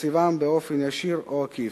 בתקציבם באופן ישיר או עקיף.